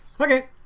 Okay